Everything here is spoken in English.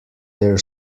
their